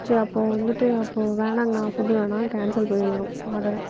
சரி அப்போது வந்துட்டு அப்போது வேணாங்க அண்ணா ஃபுட்டு வேணாம் கேன்சல் பண்ணிடுறோம் ஆடரை